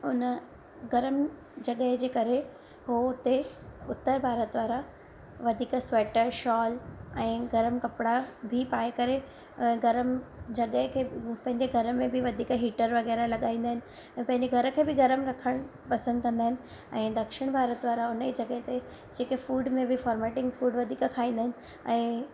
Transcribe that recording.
हुन गरमु जॻह जे करे उहो उते उत्तर भारत वारा वधीक स्वेटर शॉल ऐं गरमु कपिड़ा बि पाइ करे गरमु जॻह खे पंहिंजे घर में बि वधीक हीटर वग़ैरह लॻाईंदा आहिनि ऐं पंहिंजे घर खे बि गरमु रखण पसंदि कंदा आहिनि ऐं दक्षिण भारत वारा हुन जी जॻह ते जेके फूड में बि फर्मेंटिंग फूड वधीक खाईंदा आहिनि ऐं